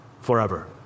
forever